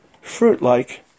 fruit-like